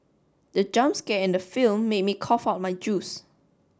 the jump scare in the film made me cough out my juice